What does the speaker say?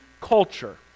culture